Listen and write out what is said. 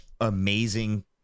amazing